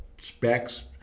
specs